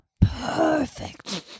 Perfect